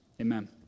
amen